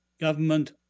government